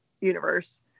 universe